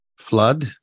flood